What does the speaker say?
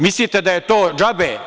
Mislite da je to džabe?